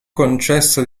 concesso